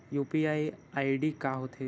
UPI ID का होथे?